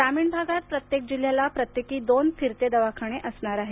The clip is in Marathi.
ग्रामीण भागात प्रत्येक जिल्हयाला प्रत्येकी दोन फिरते दवाखाने असणार आहेत